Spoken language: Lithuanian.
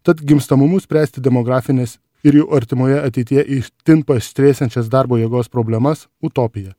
tad gimstamumu spręsti demografines ir jau artimoje ateityje itin paaštrėsiančias darbo jėgos problemas utopija